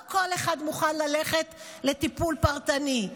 לא כל אחד מוכן ללכת לטיפול פרטני.